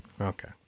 Okay